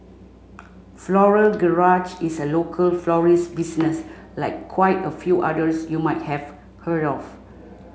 Floral Garage is a local florist business like quite a few others you might have heard of